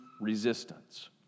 resistance